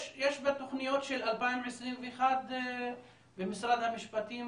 יש בתוכנית של 2021 במשרד המשפטים